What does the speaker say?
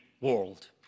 world